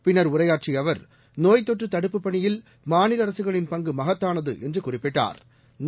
பின்னா் உரையாற்றிய அவா் நோய் தொற்று தடுப்புப் பணியில் மாநில அரசுகளின் பங்கு மகத்தானது என்று குறிப்பிட்டாள்